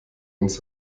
uns